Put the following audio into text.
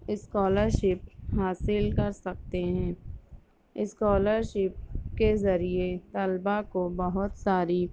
scholarship حاصل کر سکتے ہیں اسکالرشپ کے ذریعے طلبا کو بہت ساری